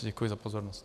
Děkuji za pozornost.